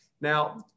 now